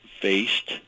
faced